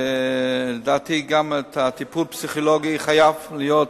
ולדעתי, גם הטיפול הפסיכולוגי חייב להיות,